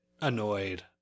annoyed